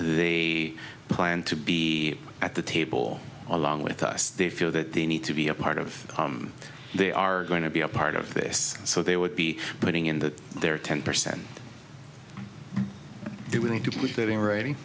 a plan to be at the table along with us they feel that they need to be a part of they are going to be a part of this so they would be putting in the their ten percent do we need to put that in writing